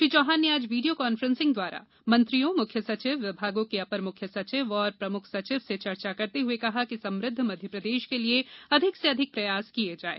श्री चौहान ने आज video conference द्वारा मंत्रियों मुख्य सचिव विभागों के अपर मुख्य सचिव और प्रमुख सचिव से चर्चा करते हुए कहा कि समृद्ध मध्यप्रदेश के लिए अधिक से अधिक प्रयास किए जाएं